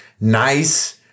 nice